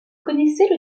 connaissez